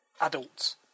adults